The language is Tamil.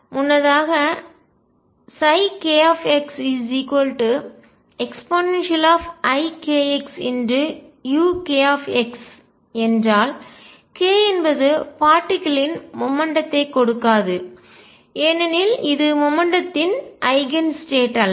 முன்னதாக kxeikxuk என்றால் k என்பது பார்ட்டிக்கல் ன் துகள் மொமெண்ட்டம் த்தை உந்தம் கொடுக்காது ஏனெனில் இது மொமெண்ட்டம் த்தின் உந்தம் ஐகன் ஸ்டேட் நிலை அல்ல